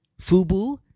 Fubu